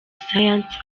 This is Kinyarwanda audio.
science